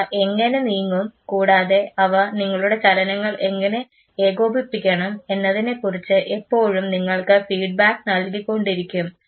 അവ എങ്ങനെ നീങ്ങും കൂടാതെ അവ നിങ്ങളുടെ ചലനങ്ങൾ എങ്ങനെ ഏകോപിപ്പിക്കണം എന്നതിനെക്കുറിച്ച് എപ്പോഴും നിങ്ങൾക്ക് ഫീഡ്ബാക്ക് നൽകിക്കൊണ്ടിരിക്കും